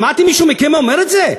שמעתי מישהו מכם אומר את זה?